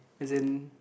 as in